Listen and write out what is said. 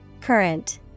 Current